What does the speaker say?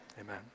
amen